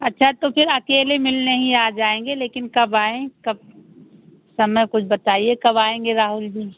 अच्छा तो फिर अकेले मिलने ही आ जाएँगे लेकिन कब आएँ कब समय कुछ बताइए कब आऍंगे राहुल जी